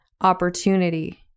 opportunity